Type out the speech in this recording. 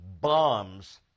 bombs